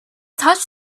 touched